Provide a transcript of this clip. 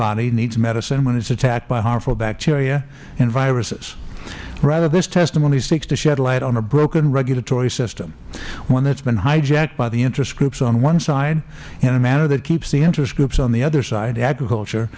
body needs medicine when it is attacked by harmful bacteria and viruses rather this testimony seeks to shed light on a broken regulatory system one that has been hijacked by the interest groups on one side in a manner that keeps the interest groups on the other side agriculture